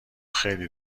خیلی